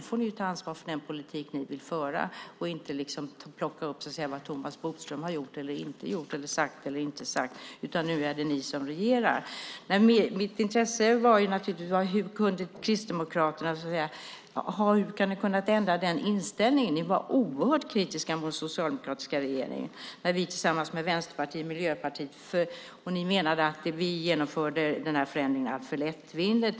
Nu får ni ta ansvar för den politik ni vill föra och inte ta upp vad Thomas Bodström har gjort eller inte gjort eller sagt eller inte sagt. Nu är det ni som regerar. Min fråga var: Hur har Kristdemokraterna kunnat ändra inställning? Ni var oerhört kritiska mot den socialdemokratiska regeringen när vi genomförde den här förändringen tillsammans med Vänsterpartiet och Miljöpartiet. Ni menade att vi genomförde förändringen alltför lättvindigt.